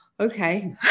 okay